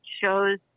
shows